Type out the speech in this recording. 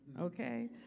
okay